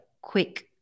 quick